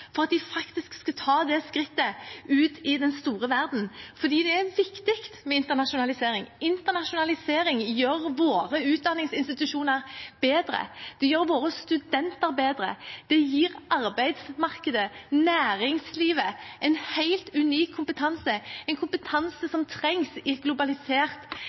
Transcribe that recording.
for at de faktisk skal ta skrittet ut i den store verden? For det er viktig med internasjonalisering. Internasjonalisering gjør våre utdanningsinstitusjoner bedre, det gjør våre studenter bedre, det gir arbeidsmarkedet, næringslivet, en helt unik kompetanse, en kompetanse som trengs i en globalisert